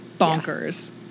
bonkers